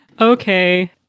Okay